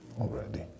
already